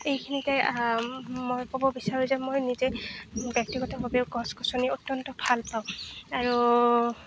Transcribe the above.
এইখিনিতে মই ক'ব বিচাৰোঁ যে মই নিজে ব্যক্তিগতভাৱে গছ গছনি অত্যন্ত ভাল পাওঁ আৰু